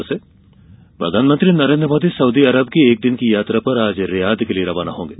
मोदी प्रधानमंत्री Narendra Modi Saudi Arab की एक दिन की यात्रा पर आज रियाद के लिए रवाना होंगे